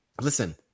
Listen